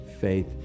faith